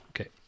Okay